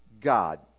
God